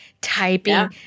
Typing